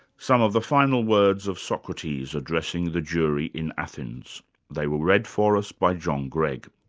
some of the final words of socrates, addressing the jury in athens they were read for us by john gregg.